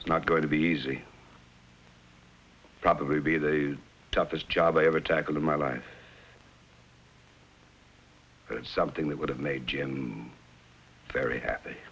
it's not going to be easy probably be the toughest job i ever tackled in my life it's something that would have made jim very happy